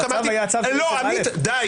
הצו היה צו --- עמית, די.